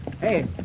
Hey